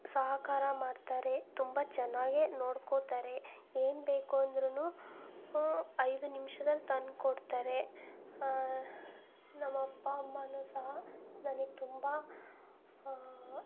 ಸಹಕಾರ ಮಾಡ್ತಾರೆ ತುಂಬ ಚೆನ್ನಾಗೇ ನೋಡ್ಕೋತಾರೆ ಏನು ಬೇಕು ಅಂದ್ರೂ ಐದು ನಿಮ್ಷದಲ್ಲಿ ತಂದು ಕೊಡ್ತಾರೆ ನಮ್ಮ ಅಪ್ಪ ಅಮ್ಮನೂ ಸಹ ನನಗೆ ತುಂಬ